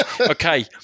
Okay